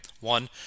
One